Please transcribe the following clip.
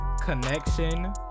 connection